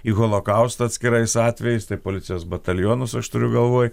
į holokaustą atskirais atvejais tai policijos batalionus aš turiu galvoj